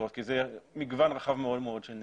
כי זה מגוון רחב מאוד מאוד של נסיבות.